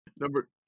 Number